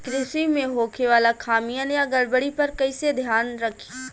कृषि में होखे वाला खामियन या गड़बड़ी पर कइसे ध्यान रखि?